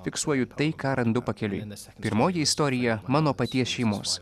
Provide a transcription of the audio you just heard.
fiksuoju tai ką randu pakeliui pirmoji istorija mano paties šeimos